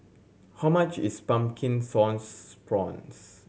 how much is Pumpkin Sauce Prawns